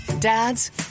Dads